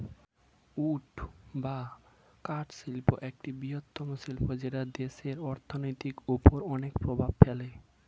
would বা কাঠ শিল্প একটি বৃহত্তম শিল্প যেটা দেশের অর্থনীতির ওপর অনেক প্রভাব ফেলে